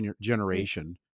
generation